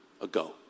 ago